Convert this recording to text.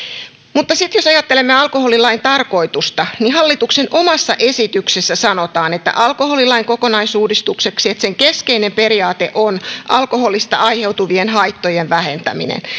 mutta sitten jos ajattelemme alkoholilain tarkoitusta niin hallituksen omassa esityksessä alkoholilain kokonaisuudistukseksi sanotaan että sen keskeinen periaate on alkoholista aiheutuvien haittojen vähentäminen